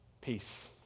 peace